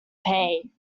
pay